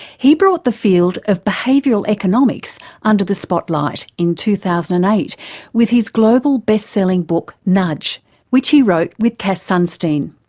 he brought the field of behavioural economics under the spotlight in two thousand and eight with his global bestselling book nudge which he wrote with cass sunstein.